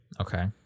Okay